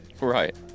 Right